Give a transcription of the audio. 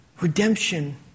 Redemption